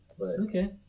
Okay